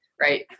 right